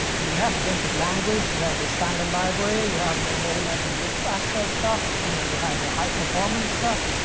you have the basic language. you have the standard library. you have low level bit access stuff. and you have high performance stuff,